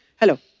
hello.